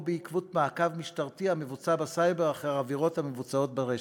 בעקבות מעקב משטרתי המבוצע בסייבר אחרי עבירות המבוצעות ברשת.